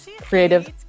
creative